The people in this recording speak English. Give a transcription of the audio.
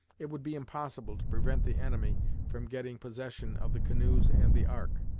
it would be impossible to prevent the enemy from getting possession of the canoes and the ark,